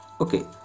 Okay